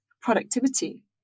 productivity